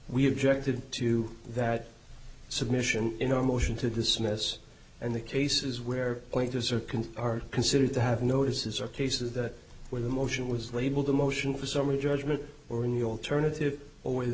we objected to that submission in our motion to dismiss and the cases where pointers are can are considered to have notices or cases that where the motion was labeled a motion for summary judgment or in the alternative a way